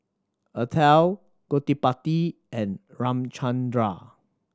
Atal Gottipati and Ramchundra